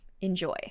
Enjoy